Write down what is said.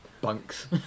bunks